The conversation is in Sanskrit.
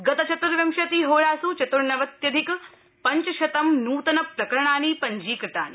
गतचतुर्विंशति होरास् चतुर्नवत्यधिक पञ्चशतं नूतन प्रकरणानि पञ्जीकृतानि